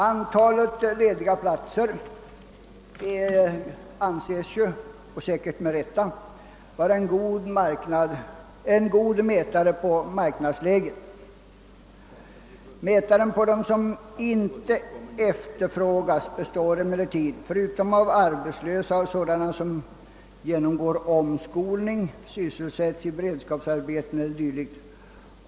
Antalet lediga platser anses — säkert med rätta — vara en god mätare på marknadsläget. De som inte är sysselsatta i den öppna marknaden består emellertid, förutom av arbetslösa, av sådana som genomgår omskolning, är sysselsatta i beredskapsarbeten e. d.